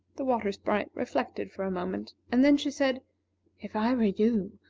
the water sprite reflected for a moment, and then she said if i were you,